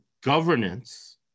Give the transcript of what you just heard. governance